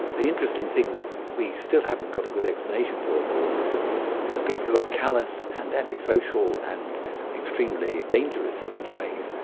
the interesting thing that we still haven't got a good explanation for of course is the people who are callous and antisocial and extremely dangerous in many ways,